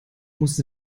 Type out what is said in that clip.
muss